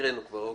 הקראנו כבר.